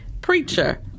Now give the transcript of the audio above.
preacher